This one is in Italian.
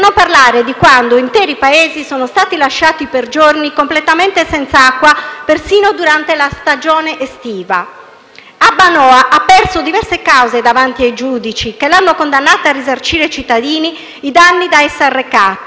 non parlare di quando interi paesi sono stati lasciati per giorni completamente senza acqua, persino durante la stagione estiva. Abbanoa ha perso diverse cause davanti ai giudici, che l'hanno condannata a risarcire ai cittadini i danni da essa arrecati